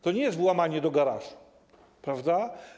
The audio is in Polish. To nie jest włamanie do garażu, prawda?